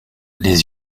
les